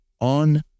on